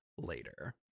later